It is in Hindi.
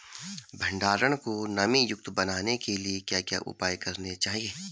भंडारण को नमी युक्त बनाने के लिए क्या क्या उपाय करने चाहिए?